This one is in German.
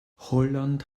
holland